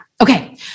Okay